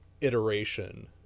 iteration